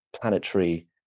planetary